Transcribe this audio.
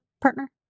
partner